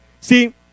See